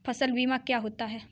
फसल बीमा क्या होता है?